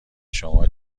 شما